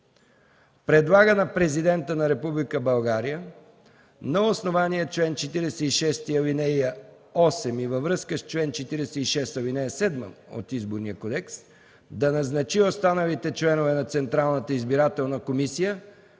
Предлага на президента на Република България на основание чл. 46, ал. 8 и във връзка с чл. 46, ал. 7 от Изборния кодекс да назначи останалите членове на Централната избирателна комисия